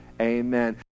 Amen